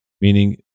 meaning